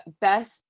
best